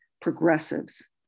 progressives